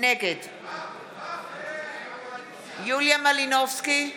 נגד יוליה מלינובסקי קונין,